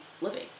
living